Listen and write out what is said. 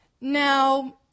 Now